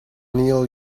neil